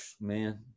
man